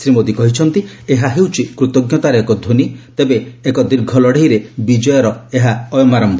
ଶ୍ରୀ ମୋଦି କହିଛନ୍ତି ଏହା ହେଉଛି କୃତଜ୍ଞତାର ଏକ ଧ୍ୱନି ତେବେ ଏକ ଦୀର୍ଘ ଲଢେଇରେ ବିଜୟର ଏହା ଅୟମାରମ୍ଭ